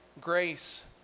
grace